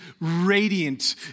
radiant